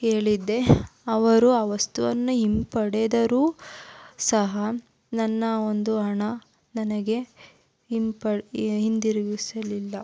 ಹೇಳಿದ್ದೆ ಅವರು ಆ ವಸ್ತುವನ್ನು ಹಿಂಪಡೆದರೂ ಸಹ ನನ್ನ ಒಂದು ಹಣ ನನಗೆ ಹಿಂಪಡೆ ಹಿಂದಿರುಗಿಸಲಿಲ್ಲ